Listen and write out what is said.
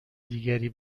دیگری